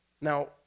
Now